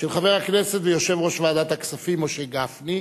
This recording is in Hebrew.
של חבר הכנסת ויושב-ראש ועדת הכספים משה גפני,